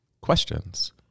questions